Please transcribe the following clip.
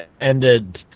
ended